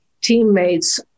teammates